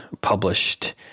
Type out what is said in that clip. published